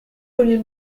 premier